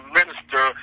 minister